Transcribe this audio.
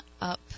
up